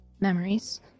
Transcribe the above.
memories